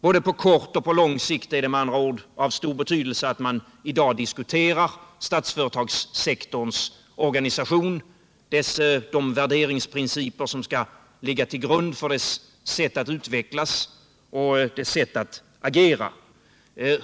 Både på kort och på lång sikt är det med andra ord av stor betydelse att man i dag diskuterar statsföretagssektorns organisation, de värderingsprinciper som skall ligga till grund för dess sätt att utvecklas och dess sätt att agera.